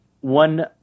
one –